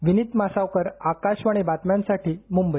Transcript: विनित मासावकर आकाशवाणी बातम्यांसाठी मुंबई